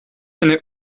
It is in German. eine